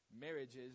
marriages